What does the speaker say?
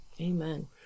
Amen